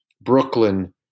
Brooklyn